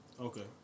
Okay